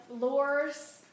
lures